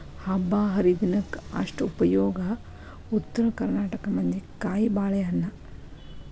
ಹಬ್ಬಾಹರಿದಿನಕ್ಕ ಅಷ್ಟ ಉಪಯೋಗ ಉತ್ತರ ಕರ್ನಾಟಕ ಮಂದಿಗೆ ಕಾಯಿಬಾಳೇಹಣ್ಣ